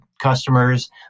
customers